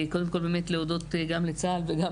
קודם כל באמת להודות גם לצה"ל וגם